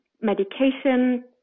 medication